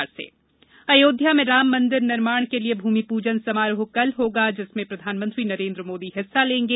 अनुष्ठान अयोध्या में राममंदिर निर्माण के लिए भूमि पूजन समारोह कल होगा जिसमें प्रधानमंत्री नरेन्द्र मोदी हिस्सा लेंगे